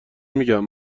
میگم